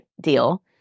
deal